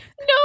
No